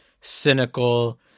cynical